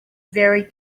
very